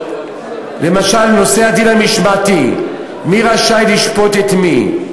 למשל נושא הדין המשמעתי מי רשאי לשפוט את מי,